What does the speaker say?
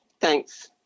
Thanks